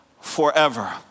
forever